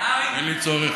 אין לי צורך